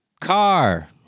car